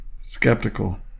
skeptical